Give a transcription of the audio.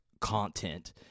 content